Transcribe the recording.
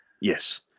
Yes